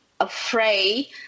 afraid